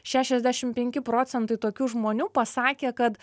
šešiasdešim penki procentai tokių žmonių pasakė kad